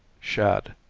shad.